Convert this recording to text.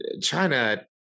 China